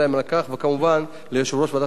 וכמובן ליושב-ראש ועדת הכספים,